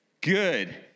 good